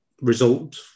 result